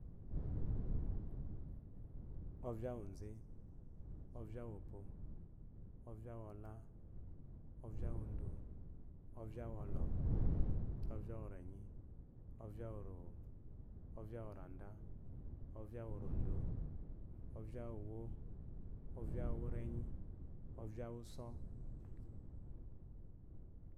Ovya uwezi, ovya uwopo, ovya uwola, uvya uwodo, uvya uwɔlɔ, uvya uworenyi, uvya uworowo, uvya uworanda, uvya urondo, uvya uwu'uwo, uvya uworenyl, uvya usɔ.